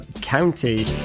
county